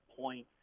point